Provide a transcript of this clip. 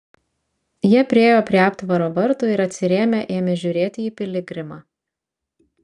jie priėjo prie aptvaro vartų ir atsirėmę ėmė žiūrėti į piligrimą